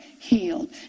healed